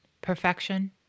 Perfection